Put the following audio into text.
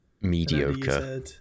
Mediocre